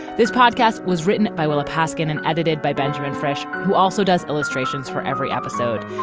this podcast was written by willa paskin and edited by benjamin fresh, who also does illustrations for every episode.